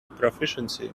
proficiency